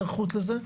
הערכות לזה?